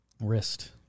Wrist